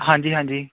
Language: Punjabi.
ਹਾਂਜੀ ਹਾਂਜੀ